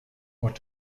what